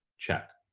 check.